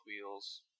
wheels